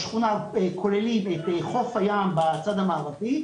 כוללים את חוף הים בצד המערבי,